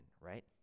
right